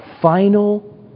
final